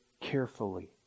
carefully